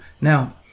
Now